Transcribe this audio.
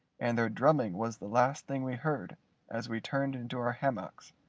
and their drumming was the last thing we heard as we turned into our hammocks,